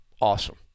awesome